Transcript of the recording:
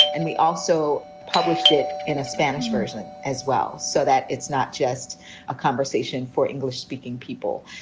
and we also published it in a spanish version as well, so that it's not just a conversation for english speaking people.